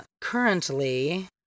currently